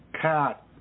cat